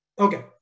Okay